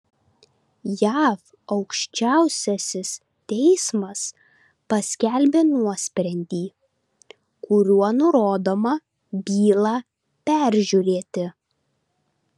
jav aukščiausiasis teismas paskelbė nuosprendį kuriuo nurodoma bylą peržiūrėti